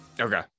Okay